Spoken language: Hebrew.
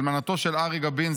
אלמנתו של ארי גבין,